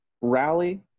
rally